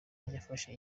yafashe